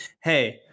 Hey